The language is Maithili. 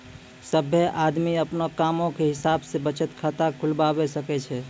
सभ्भे आदमी अपनो कामो के हिसाब से बचत खाता खुलबाबै सकै छै